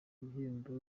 ibihembo